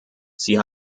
sie